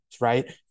right